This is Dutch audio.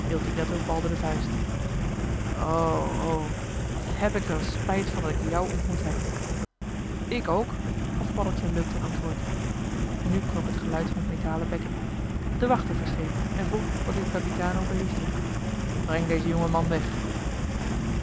michiel de ruijter o o wat heb ik er een spijt van dat ik jou ontmoet heb ik ook gaf paddeltje leuk ten antwoord nu klonk het geluid van het metalen bekken de wachter verscheen en vroeg wat il capitano beliefde breng dezen jongeman weg